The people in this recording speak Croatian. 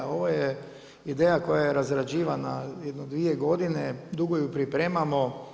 Ovo je ideja koja je razrađivana jedno dvije godine, dugo ju pripremamo.